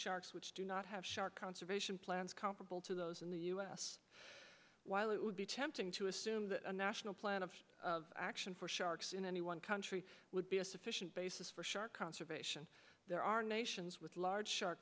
sharks which do not have shark conservation plans comparable to those in the us while it would be tempting to assume that a national plan of action for sharks in any one country would be a sufficient basis for shark conservation there are nations with large